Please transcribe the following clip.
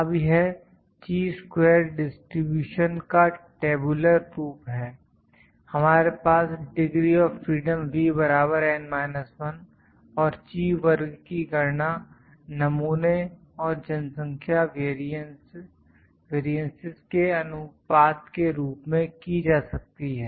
अब यह chi square distribution का टेबुलर रूप है हमारे पास degree of freedom V N 1 और ची वर्ग की गणना नमूने और जनसंख्या वेरियंसिस के अनुपात के रूप में की जा सकती है